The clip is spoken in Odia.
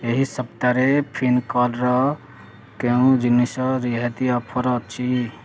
ଏହି ସପ୍ତାହରେ ପିନ୍ନାକଲ୍ର କେଉଁ ଜିନିଷରେ ରିହାତି ଅଫର୍ ଅଛି